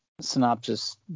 synopsis